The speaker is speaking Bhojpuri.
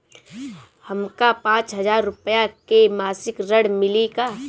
हमका पांच हज़ार रूपया के मासिक ऋण मिली का?